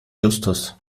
justus